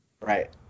Right